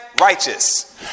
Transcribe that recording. righteous